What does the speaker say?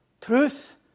Truth